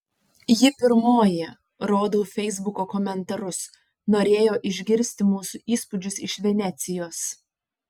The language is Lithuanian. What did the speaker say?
ji pirmoji rodau feisbuko komentarus norėjo išgirsti mūsų įspūdžius iš venecijos